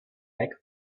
back